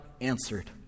answered